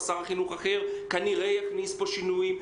כנראה ששר חינוך אחר יכניס פה שינויים.